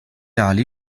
ali